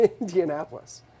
Indianapolis